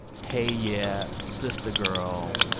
hey, yeah, sister girl,